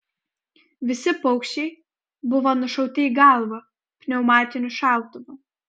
visi paukščiai buvo nušauti į galvą pneumatiniu šautuvu